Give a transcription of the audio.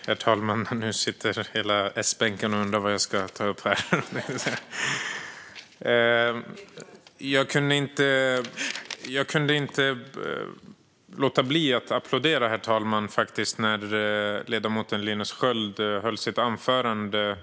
Herr talman! Ni sitter hela S-bänken och undrar vad jag ska ta upp här. Jag kunde inte låta bli att applådera när ledamoten Linus Sköld höll sitt anförande.